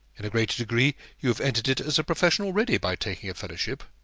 in a great degree you have entered it as a profession already, by taking a fellowship.